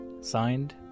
Signed